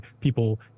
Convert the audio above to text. people